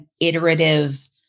iterative